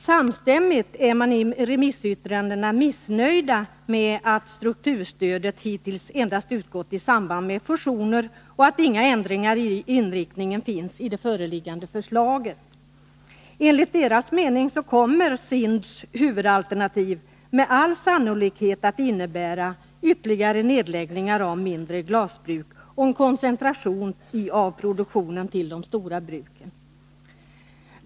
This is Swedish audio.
Samstämmigt är man i remissyttrandena missnöjd med att strukturstödet hittills endast utgått i samband med fusioner och att inga ändringar i inriktningen finns i det föreliggande förslaget. Enligt remissinstansernas mening kommer SIND:s huvudalternativ med all sannolikhet att innebära nedläggningar av mindre glasbruk och en koncentration av produktionen till de stora bruken.